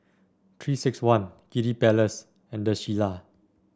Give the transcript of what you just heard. Three six one Kiddy Palace and The Shilla